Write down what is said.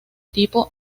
tipo